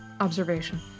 Observation